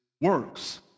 works